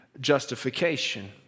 justification